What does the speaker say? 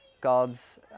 God's